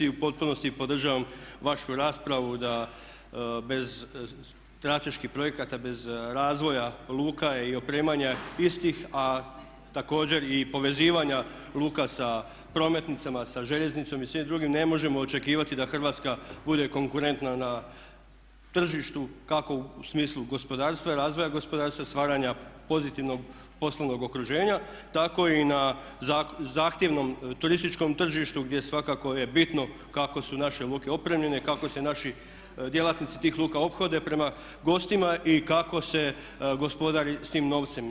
U potpunosti podržavam vašu raspravu da bez strateških projekata, bez razvoja luka i opremanja istih, a također i povezivanja luka sa prometnicama, sa željeznicom i svim drugim ne možemo očekivati da Hrvatska bude konkurentna na tržištu kako u smislu gospodarstva, razvoja gospodarstva, stvaranja pozitivnog poslovnog okruženja, tako i na zahtjevnom turističkom tržištu gdje svakako je bitno kako su naše luke opremljene, kako se naši djelatnici tih luka ophode prema gostima i kako se gospodari s tim novcem.